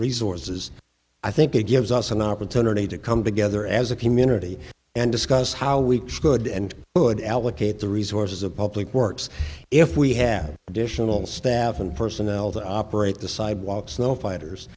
resources i think it gives us an opportunity to come together as a community and discuss how we stood and good allocate the resources of public works if we have additional staff and personnel to operate the sidewalks no fighters